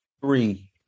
Three